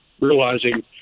realizing